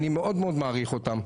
אני מאוד מעריך אותם.